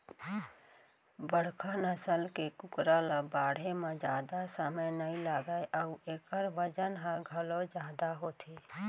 बड़का नसल के कुकरा ल बाढ़े म जादा समे नइ लागय अउ एकर बजन ह घलौ जादा होथे